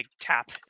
tap